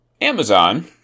Amazon